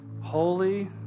holy